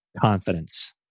confidence